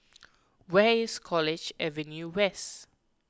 where is College Avenue West